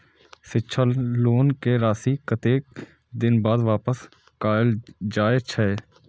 शिक्षा लोन के राशी कतेक दिन बाद वापस कायल जाय छै?